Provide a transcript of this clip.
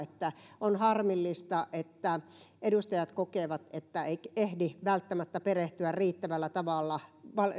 on harmillista että edustajat kokevat että ei ehdi välttämättä perehtyä riittävällä tavalla